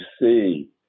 see